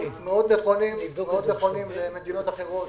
שנכונים מאוד למדינות אחרות